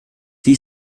sie